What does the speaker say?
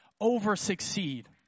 over-succeed